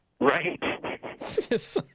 Right